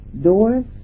doors